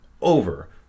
over